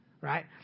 right